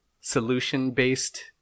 solution-based